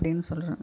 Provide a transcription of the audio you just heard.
அப்படின்னு சொல்றேன்